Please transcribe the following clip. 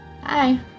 Hi